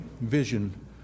vision